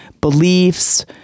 beliefs